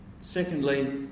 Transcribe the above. Secondly